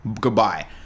goodbye